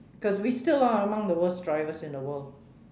cause we still are among the worst drivers in the world